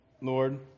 Lord